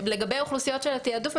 לגבי האוכלוסיות של התיעדוף,